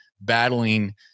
battling